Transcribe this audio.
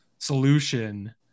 solution